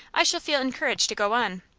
i shall feel encouraged to go on.